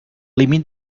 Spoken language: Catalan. límit